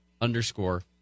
underscore